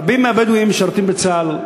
רבים מהבדואים משרתים בצה"ל.